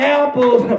apples